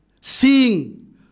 seeing